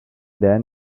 then